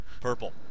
purple